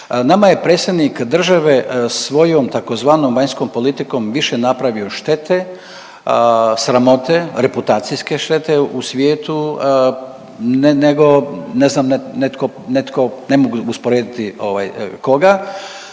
nama je predsjednik države svojom tzv. vanjskom politikom više napravio štete, sramote, reputacijske štete u svijetu nego ne znam netko,